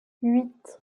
huit